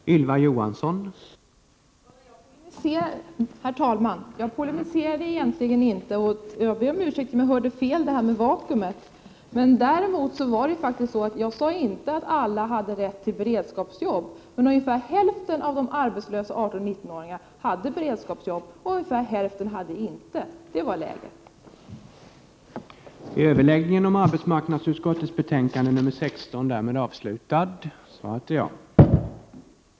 Prot. 1988/89:120 Herr talman! Jag polemiserade egentligen inte, och jag ber om ursäkt om 24maj 1989 jag hörde fel beträffande vakuumet. Däremot sade jag inte att alla hade rätt till beredskapsarbete, utan att ungefär hälften av de arbetslösa 18—19 AST gra åringarna hade beredskapsjobb medan ungefär hälften inte hade det. Så var läget. Överläggningen var härmed avslutad.